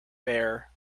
bare